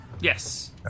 yes